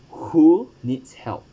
who needs help